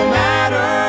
matter